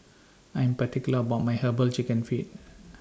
I Am particular about My Herbal Chicken Feet